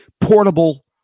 Portable